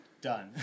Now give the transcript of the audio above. done